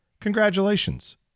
congratulations